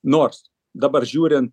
nors dabar žiūrint